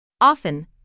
Often